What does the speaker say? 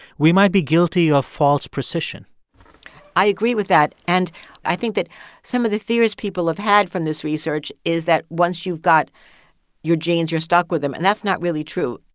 we might be guilty of false precision i agree with that. and i think that some of the theories people have had from this research is that once you've got your genes, you're stuck with them, and that's not really true.